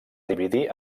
dividir